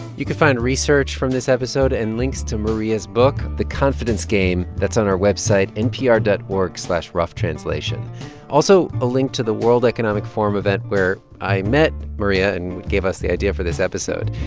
you can find research from this and links to maria's book the confidence game. that's on our website npr dot org slash roughtranslation also a link to the world economic forum event where i met maria and gave us the idea for this episode.